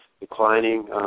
declining